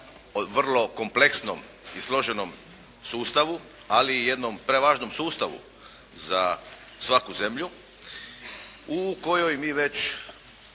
vrlo kompleksnom i složenom sustavu ali i jednom prevažnom sustavu za svaku zemlju u kojoj mi već,